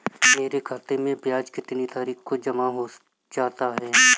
मेरे खाते में ब्याज कितनी तारीख को जमा हो जाता है?